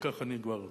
וכך אני אסיים,